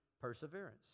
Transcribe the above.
perseverance